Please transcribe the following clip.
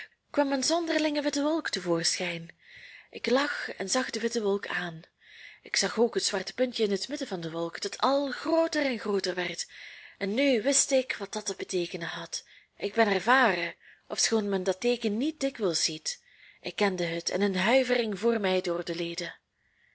kwam een zonderlinge witte wolk te voorschijn ik lag en zag de witte wolk aan ik zag ook het zwarte puntje in het midden van de wolk dat al grooter en grooter werd en nu wist ik wat dat te beteekenen had ik ben ervaren ofschoon men dat teeken niet dikwijls ziet ik kende het en een huivering voer mij door de leden